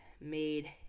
made